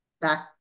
back